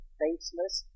faceless